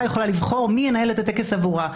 יכולה לבחור מי ינהל את הטקס עבורה.